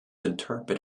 interpret